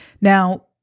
Now